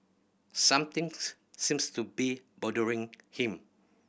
something seems to be bothering him